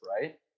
right